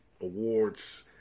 awards